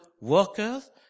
workers